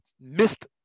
missed